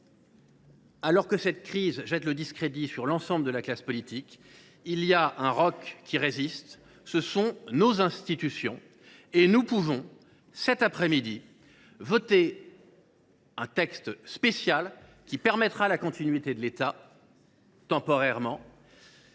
alors que cette crise jette le discrédit sur l’ensemble de la classe politique, il est un roc qui résiste, ce sont nos institutions. Nous pouvons, cet après midi, adopter un texte permettant d’assurer la continuité de l’État, temporairement,